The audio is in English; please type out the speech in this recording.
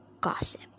gossip